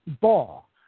ball